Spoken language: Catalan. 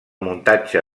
muntatge